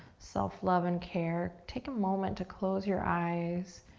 self love and care, take a moment to close your eyes,